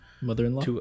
Mother-in-law